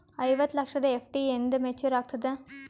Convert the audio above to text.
ಐವತ್ತು ಲಕ್ಷದ ಎಫ್.ಡಿ ಎಂದ ಮೇಚುರ್ ಆಗತದ?